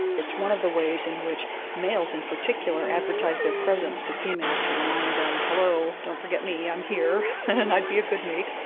it's one of the ways in which males in particular advertise their presence to females to remind them, hello, don't forget me, i'm here and i'd be a good mate'.